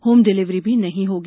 home delivery भी नहीं होगी